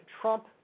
trump